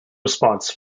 response